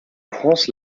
france